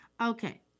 Okay